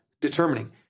determining